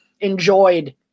enjoyed